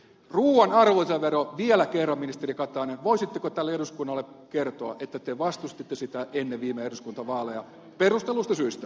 ruuan arvonlisävero vielä kerran ministeri katainen voisitteko tälle eduskunnalle kertoa että te vastustitte sitä ennen viime eduskuntavaaleja perustelluista syistä